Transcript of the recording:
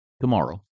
tomorrow